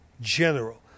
general